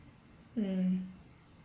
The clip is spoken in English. mm